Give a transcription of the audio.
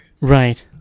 Right